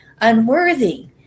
unworthy